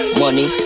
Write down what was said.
money